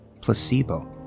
placebo